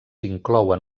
inclouen